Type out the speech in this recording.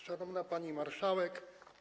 Szanowna Pani Marszałek!